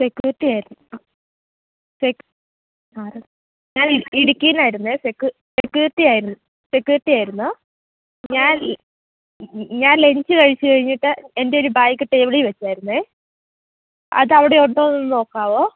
security ആര് സെ ആര് ഞാന് ഇടുക്കിയിൽ നിന്ന് ആയിരുന്നു സെക്കു സെക്യൂരിറ്റി ആയിരുന്നോ സെക്യൂരിറ്റി ആയിരുന്നോ ഞാന് ഇ ഞാന് ലഞ്ച് കഴിച്ച് കഴിഞ്ഞിട്ട് എന്റെ ഒരു ബാഗ് ടേബിളിൽ വെച്ചായിരുന്നു അതവിടെ ഉണ്ടോ എന്നൊന്ന് നോക്കാമോ